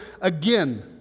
again